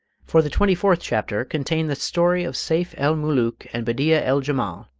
for the twenty fourth chapter contained the story of seyf-el-mulook and bedeea-el-jemal,